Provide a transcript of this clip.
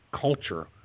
culture